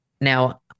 Now